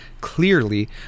clearly